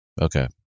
Okay